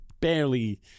barely